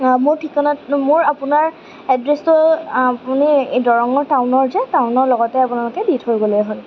মোৰ ঠিকনা মোৰ আপোনাৰ এড্ৰেছটো আপুনি দৰঙৰ টাউনৰ যে টাউনৰ লগতে আপোনালোকে দি থৈ গ'লেও হ'ল